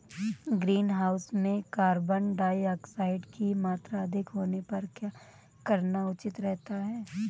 Greenhouse में carbon dioxide की मात्रा अधिक होने पर क्या करना उचित रहता है?